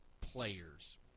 players